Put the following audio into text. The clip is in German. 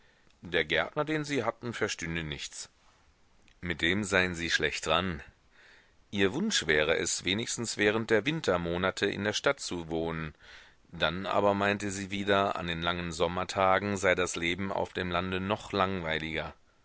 der gärtner den sie hatten verstünde nichts mit dem seien sie schlecht dran ihr wunsch wäre es wenigstens während der wintermonate in der stadt zu wohnen dann aber meinte sie wieder an den langen sommertagen sei das leben auf dem lande noch langweiliger